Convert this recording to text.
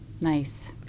Nice